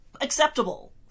acceptable